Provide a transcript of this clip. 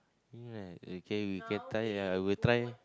okay you can try ya I will try